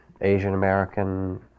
Asian-American